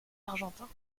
argentins